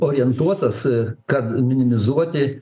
orientuotas kad minimizuoti